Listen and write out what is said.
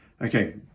Okay